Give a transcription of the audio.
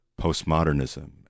postmodernism